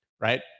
right